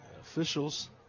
officials